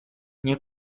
nie